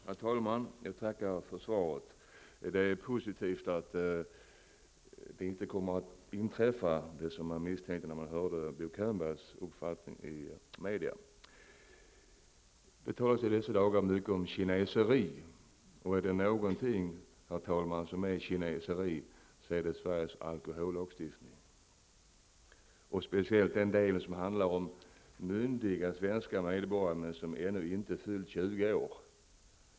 Herr talman! Jag tackar för svaret. Det är positivt att det som man befarade när man hörde Bo Könbergs uppfattning i media inte kommer att inträffa. Det talas i dessa dagar mycket om kineseri. Är det någonting som är kineseri, är det Sveriges alkohollagstiftning, särskilt den som berör de myndiga svenska medborgare som ännu inte fyllt 20 år.